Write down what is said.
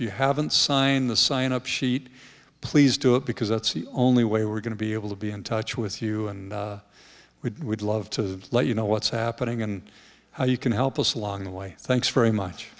you haven't signed the sign up sheet please do it because that's the only way we're going to be able to be in touch with you and we would love to let you know what's happening and how you can help us along the way thanks very much